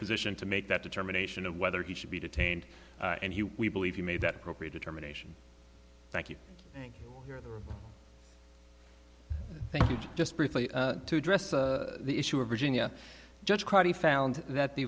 position to make that determination of whether he should be detained and he we believe he made that appropriate determination thank you and your thank you to just briefly to address the issue of virginia judge crotty found that the